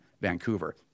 Vancouver